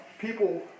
people